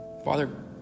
Father